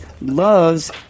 loves